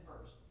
first